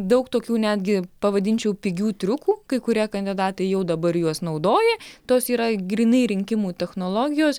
daug tokių netgi pavadinčiau pigių triukų kai kurie kandidatai jau dabar juos naudoji tos yra grynai rinkimų technologijos